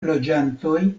loĝantoj